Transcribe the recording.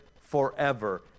forever